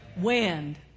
wind